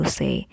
say